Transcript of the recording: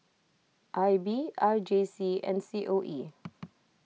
I B R J C and C O E